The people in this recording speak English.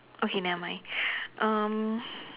okay nevermind um